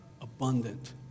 abundant